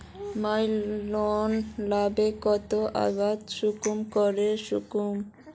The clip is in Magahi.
मुई लोन लुबार केते आवेदन कुंसम करे करूम?